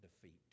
defeat